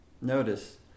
Notice